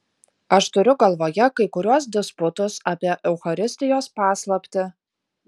aš turiu galvoje kai kuriuos disputus apie eucharistijos paslaptį